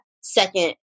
Second